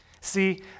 See